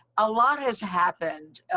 a lot has happened.